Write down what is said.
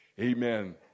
Amen